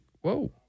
whoa